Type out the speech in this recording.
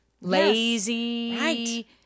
Lazy